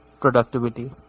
productivity